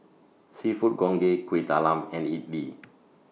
Seafood Congee Kuih Talam and Idly